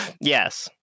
Yes